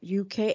UK